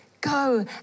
Go